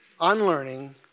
unlearning